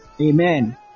Amen